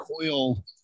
coil